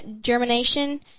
germination